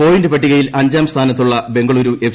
point പട്ടികയിൽ അഞ്ചാം സ്ഥാനത്തുള്ള ബംഗളുരു എഫ്